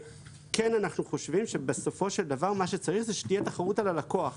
אנחנו כן חושבים שבסופו של דבר מה שצריך זה שתהיה תחרות על הלקוח,